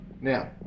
now